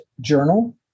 journal